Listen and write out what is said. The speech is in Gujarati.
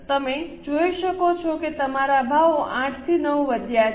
તમે જોઈ શકો છો કે તમારા ભાવો 8 થી 9 વધ્યા છે